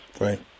Right